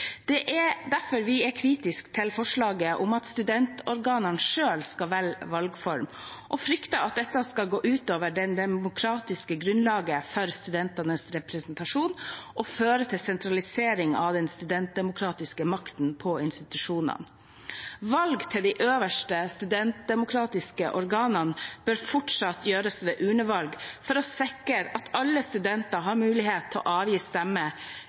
er vi kritiske til forslaget om at studentorganene selv skal velge valgform. Vi frykter at dette skal gå ut over det demokratiske grunnlaget for studentenes representasjon og føre til en sentralisering av den studentdemokratiske makten på institusjonene. Valg til de øverste studentdemokratiske organene bør fortsatt gjøres ved urnevalg for å sikre at alle studenter har mulighet til å avgi stemme